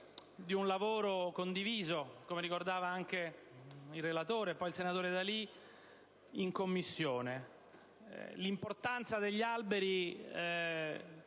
Grazie